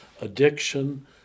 Addiction